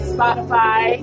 Spotify